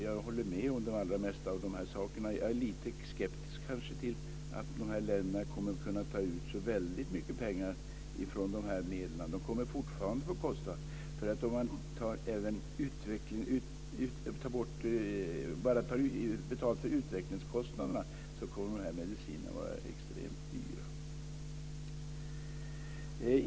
Jag håller med om det allra mesta men lite skeptisk är jag kanske till att de här länderna kommer att kunna att ta ut så väldigt mycket pengar från dessa medel - de kommer ju fortfarande att kosta. Även om man tar betalt bara för utvecklingskostnaderna kommer de här medicinerna att vara extremt dyra.